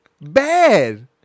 bad